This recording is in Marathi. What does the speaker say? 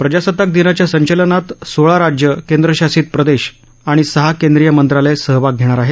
प्रजासताक दिनाच्या संचलनात सोळा राज्यं केंद्रशासित प्रदेश आणि सहा केंद्रीय मंत्रालय सहभाग घेणार आहेत